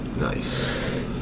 Nice